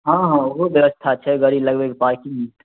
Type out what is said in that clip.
हँ हँओहो ब्यवस्था छै गड़ी लगबैके पार्किंग